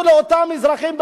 או אלה שרק יושבים,